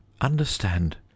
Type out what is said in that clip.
Understand